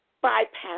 bypass